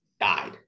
died